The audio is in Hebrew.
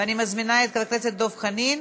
ואני מזמינה את חבר הכנסת דב חנין.